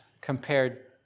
compared